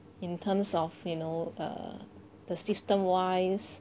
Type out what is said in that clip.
in terms of you know err the system wise